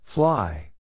Fly